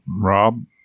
Rob